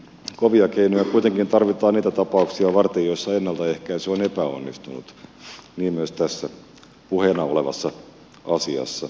kovia keinoja kuitenkin tarvitaan niitä tapauksia varten joissa ennaltaehkäisy on epäonnistunut niin myös tässä puheena olevassa asiassa